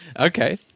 Okay